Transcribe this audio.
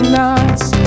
nights